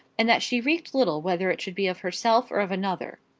and that she recked little whether it should be of herself or of another.